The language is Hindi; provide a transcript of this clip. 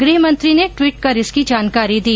गृहमंत्री ने ट्वीट कर इसकी जानकारी दी